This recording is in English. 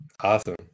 Awesome